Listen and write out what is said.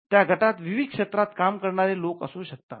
त्या गटात विविध क्षेत्रात काम करणारे लोक असू शकतात